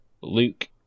Luke